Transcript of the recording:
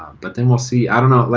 but then we'll see. i don't know, like